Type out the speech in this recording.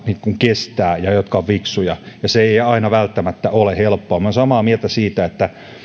kestävät ja jotka ovat fiksuja ja se ei ei aina välttämättä ole helppoa minä olen samaa mieltä siitä